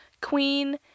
Queen